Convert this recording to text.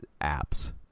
apps